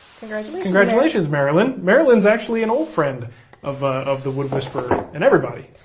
congratulations, congratulations, marilyn. marilyn is actually an old friend of ah of the wood whisperer, and everybody.